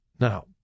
Now